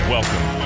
Welcome